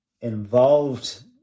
involved